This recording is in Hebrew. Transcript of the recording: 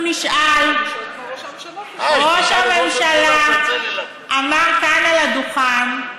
ראש הממשלה אמר כאן על הדוכן,